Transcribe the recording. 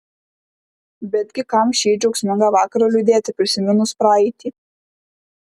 betgi kam šį džiaugsmingą vakarą liūdėti prisiminus praeitį